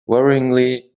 worryingly